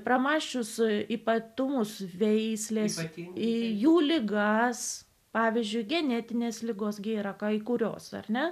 pramaišiui su ypatumus veislei zuikį į jų ligas pavyzdžiui genetinės ligos gi yra kai kurios ar ne